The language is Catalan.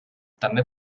també